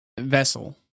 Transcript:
vessel